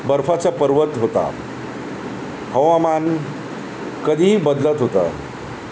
बर्फाचा पर्वत होता हवामान कधीही बदलत होतं